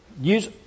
use